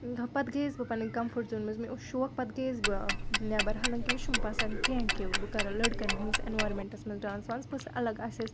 ٲں پَتہٕ گٔیَس بہٕ پَنٕنۍ کَمفٲرٹ زونہٕ منٛز مےٚ اوٗس شوق پَتہٕ گٔیَس بہٕ ٲں نیٚبَر حالانٛکہِ مےٚ چھُنہٕ پَسنٛد کیٚنٛہہ کہِ بہٕ کَرٕ لٔڑکَن ہنٛدِس ایٚنورَانمیٚنٛٹَس منٛز ڈانٕس وانٕس بہٕ ٲسٕس الگ اسہِ ٲسۍ